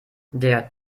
der